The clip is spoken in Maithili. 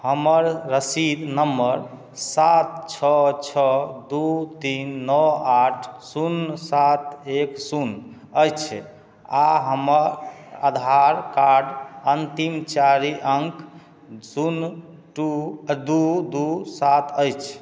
हमर रसीद नम्बर सात छओ छओ दू तीन नओ आठ शून्य सात एक शून्य अछि आ हमर आधारकार्ड अन्तिम चारि अङ्क शून्य टु दू दू सात अछि